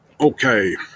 okay